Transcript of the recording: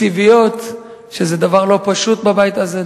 תקציביות, שזה דבר לא פשוט בבית הזה.